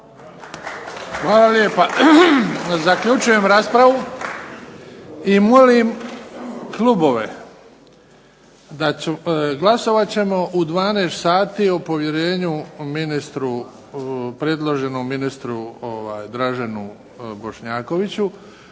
Hvala lijepa. Zaključujem raspravu i molim klubove, glasovat ćemo u 12 sati o predloženom ministru Draženu Bošnjakoviću,